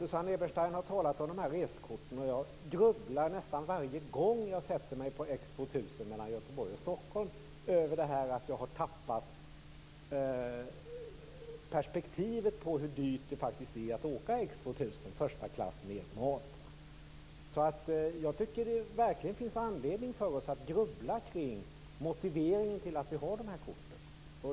Susanne Eberstein har talat om de här resekorten. Jag grubblar nästan varje gång jag sätter mig på X 2000 mellan Göteborg och Stockholm över detta att jag har tappat perspektivet på hur dyrt det faktiskt är att åka X 2000 i första klass med mat. Jag tycker verkligen att det finns anledning för oss att grubbla på motiveringen till att vi har de här korten.